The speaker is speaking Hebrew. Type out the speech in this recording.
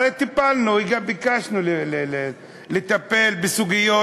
הרי טיפלנו, ביקשנו לטפל בסוגיות